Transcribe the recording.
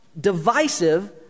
divisive